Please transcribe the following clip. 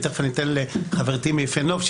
ותכף אתן לחברתי מיפה נוף,